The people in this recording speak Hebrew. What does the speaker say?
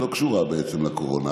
שלא קשורה בעצם לקורונה,